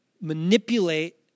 manipulate